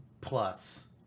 plus